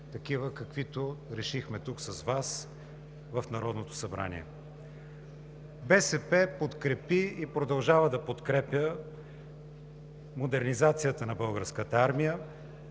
такива, каквито решихме тук, с Вас, в Народното събрание. БСП подкрепи и продължава да подкрепя модернизацията на българската армия.